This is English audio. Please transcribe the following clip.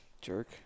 Jerk